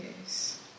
Yes